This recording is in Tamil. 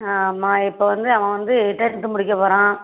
ஆமாம் இப்போ வந்து அவன் வந்து டென்த் முடிக்க போகிறான்